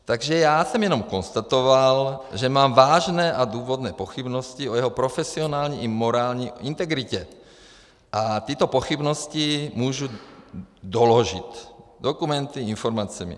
Takže já jsem jenom konstatoval, že mám vážné a důvodné pochybnosti o jeho profesionální i morální integritě, a tyto pochybnosti mohu doložit dokumenty, informacemi.